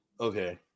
Okay